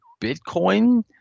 Bitcoin